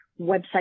website